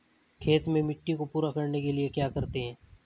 खेत में मिट्टी को पूरा करने के लिए क्या करते हैं?